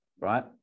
right